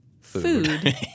food